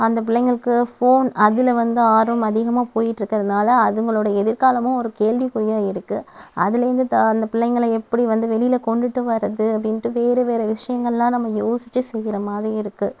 அந்த பிள்ளைகளுக்கு ஃபோன் அதில் வந்து ஆர்வம் அதிகமாக போயிட் இருக்குறதுனால அதுங்களோட எதிர்காலமும் ஒரு கேள்விக்குறியாக இருக்கு அதுலேந்து அந்த பிள்ளைங்கள எப்படி வந்து வெளியில கொண்டுகிட்டு வர்றது அப்படீண்டு வேறு வேறு விஷயங்கள்லாம் நம்ம யோசிச்சு செய்யுறமாதிரி இருக்கு